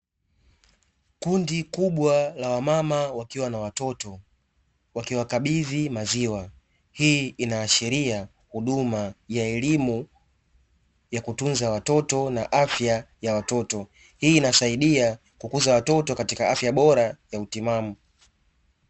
Kundi kubwa la wamama wakiwa na watoto wakiwakabidhi maziwa. Hii inaashiria huduma ya elimu ya kutunza watoto na afya ya watoto. Hii inasaidia kukuza watoto katika afya bora ya utimamu.